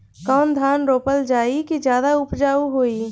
कौन धान रोपल जाई कि ज्यादा उपजाव होई?